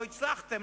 לא הצלחתם.